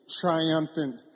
triumphant